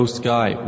sky